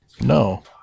No